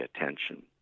attention